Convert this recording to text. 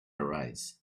arise